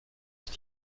ich